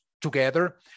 together